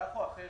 כך או אחרת,